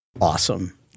Awesome